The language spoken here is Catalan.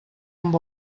amb